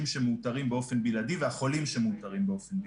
שמאותרים באופן בלעדי והחולים שמאותרים באופן בלעדי.